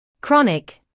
chronic